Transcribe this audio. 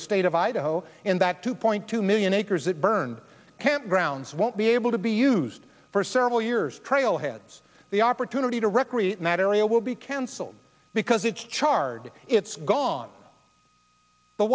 the state of idaho in that two point two million acres that burned campgrounds won't be able to be used for several years trailheads the opportunity to recreate in that area will be canceled because it's charred it's gone